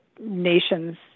nation's